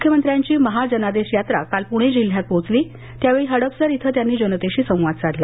मुख्यमंत्र्यांची महा जनादेश यात्रा काल पुणे जिल्ह्यात पोचली त्यावेळी हडपसर इथं त्यांनी जनतेशी संवाद साधला